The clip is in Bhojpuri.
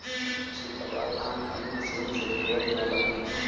छिटवा धान इ मशीन से बोवल जाला